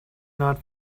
not